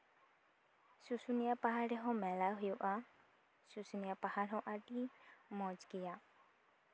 ᱥᱩᱥᱩᱱᱤᱭᱟ ᱯᱟᱦᱟᱲ ᱨᱮᱦᱚᱸ ᱢᱮᱞᱟ ᱦᱩᱭᱩᱜᱼᱟ ᱥᱩᱥᱩᱱᱤᱭᱟ ᱯᱟᱦᱟᱲ ᱦᱚᱸ ᱟᱹᱰᱤ ᱢᱚᱡᱽ ᱜᱮᱭᱟ